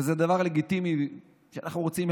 וזה דבר לגיטימי שאנחנו רוצים,